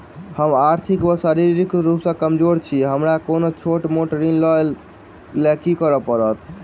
हम आर्थिक व शारीरिक रूप सँ कमजोर छी हमरा कोनों छोट मोट ऋण लैल की करै पड़तै?